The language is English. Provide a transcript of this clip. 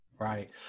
Right